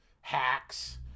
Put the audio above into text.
Hacks